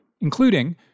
including